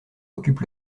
occupe